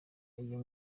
iyo